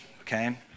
okay